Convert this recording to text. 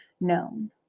known